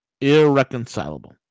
Irreconcilable